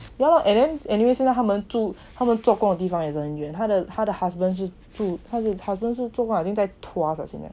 yeah lor and then anyway 现在他们住他们做工的地方也是很远他的他的 husband 是住他的 husband 好像是住 tuas or something like that